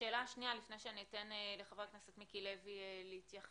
השאלה השנייה לפני שאתן לחבר הכנסת מיקי לוי להתייחס